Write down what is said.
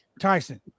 Tyson